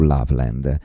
Loveland